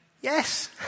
Yes